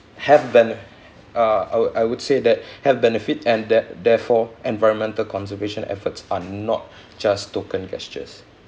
have bene~ uh I would I would say that have benefit and there~ therefore environmental conservation efforts are not just token gestures